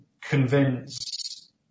convince